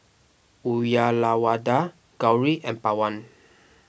Uyyalawada Gauri and Pawan